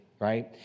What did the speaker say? right